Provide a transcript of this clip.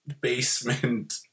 basement